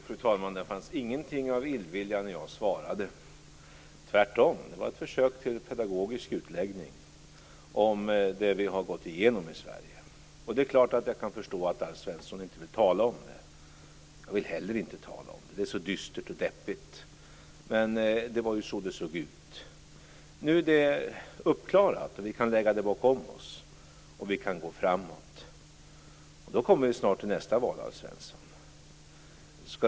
Fru talman! Det fanns ingenting av illvilja när jag svarade. Tvärtom. Det var ett försök till en pedagogisk utläggning om det vi har gått igenom i Sverige. Det är klart att jag kan förstå att Alf Svensson inte vill tala om det. Jag vill heller inte tala om det. Det är så dystert och deppigt. Men det var så det såg ut. Nu är det uppklarat, och vi kan lägga det bakom oss. Vi kan gå framåt. Då kommer vi snart till nästa val, Alf Svensson.